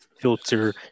filter